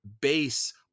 base